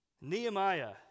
Nehemiah